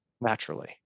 naturally